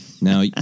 Now